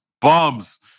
bums